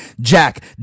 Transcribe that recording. Jack